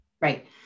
Right